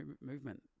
movement